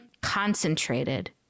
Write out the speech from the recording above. concentrated